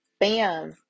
bam